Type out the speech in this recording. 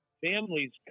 families